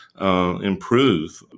improve